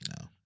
No